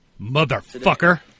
Motherfucker